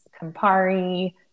Campari